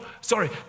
sorry